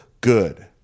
good